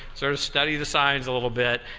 sort of study the signs a little bit.